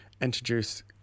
introduce